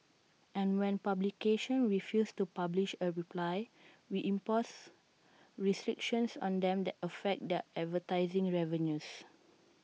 and when publications refuse to publish A reply we impose restrictions on them that affect their advertising revenues